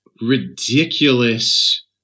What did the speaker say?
ridiculous